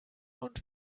und